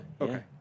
Okay